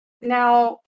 Now